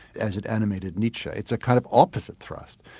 as it animated nietzsche it's a kind of opposite thrust.